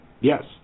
Yes